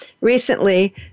Recently